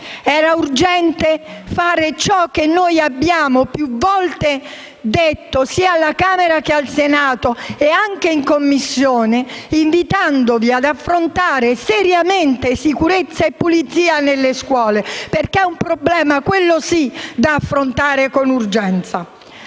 Era urgente fare ciò che noi abbiamo più volte detto, sia alla Camera che al Senato e anche in Commissione, invitandovi ad affrontare seriamente sicurezza e pulizia nelle scuole, perché è un problema - quello sì - da affrontare con urgenza.